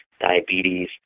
diabetes